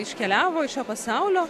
iškeliavo iš šio pasaulio